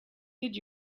did